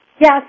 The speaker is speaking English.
Yes